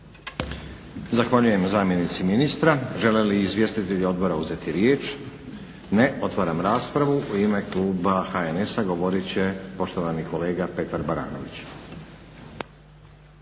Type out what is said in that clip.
Zahvaljujem zamjenici ministra. Žele li izvjestitelji odbora uzeti riječ? Ne. Otvaram raspravu. U ime kluba HNS-a govorit će poštovani kolega Petar Baranović.